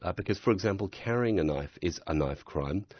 ah because for example, carrying a knife is a knife crime,